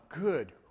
good